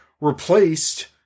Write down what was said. replaced